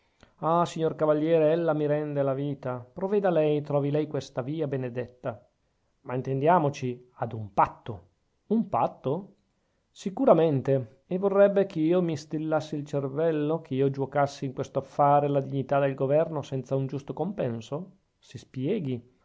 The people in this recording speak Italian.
ah signor cavaliere ella mi rende la vita provveda lei trovi lei questa via benedetta ma intendiamoci ad un patto un patto sicuramente e vorrebbe che io mi stillassi il cervello che io giuocassi in questo affare la dignità del governo senza un giusto compenso si spieghi